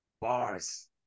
Bars